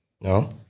No